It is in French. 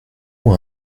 moi